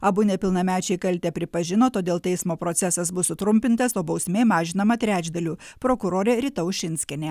abu nepilnamečiai kaltę pripažino todėl teismo procesas bus sutrumpintas o bausmė mažinama trečdaliu prokurorė rita ušinskienė